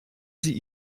sie